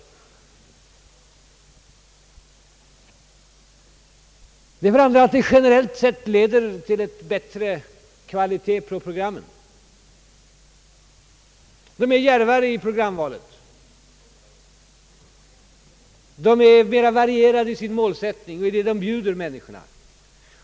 Framför allt leder detta system generellt sett till en bättre kvalitet på programmen, man är djärvare vid programvalet och man kan variera mera i sin målsättning när det gäller det som bjuds människorna.